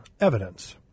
evidence